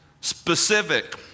Specific